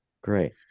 Great